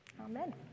Amen